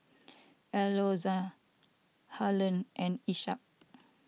Alonza Harlen and Isaak